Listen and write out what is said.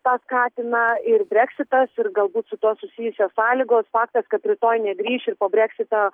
tą skatina ir breksitas ir galbūt su tuo susijusios sąlygos faktas kad rytoj negrįš ir po breksito